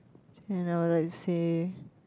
and I would like to say